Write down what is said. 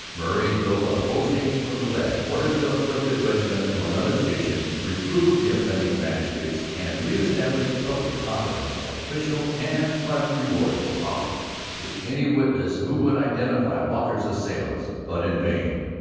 murray drove up, post-haste, from quebec, ordered the affected regiment to another station, reproved the offending magistrates, and re-established public confidence. official and private rewards were offered to any witnesses who would identify walker's assailants. but in vain.